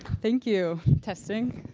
thank you. testing.